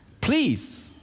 please